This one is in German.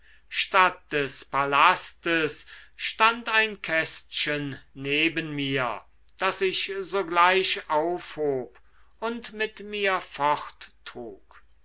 statt des palastes stand ein kästchen neben mir das ich sogleich aufhob und mit mir